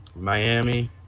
Miami